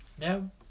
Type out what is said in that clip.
No